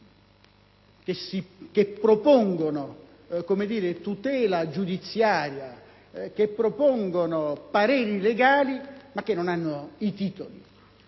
che propongono tutela giudiziaria, che propongono pareri legali, ma che non hanno i titoli.